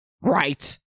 right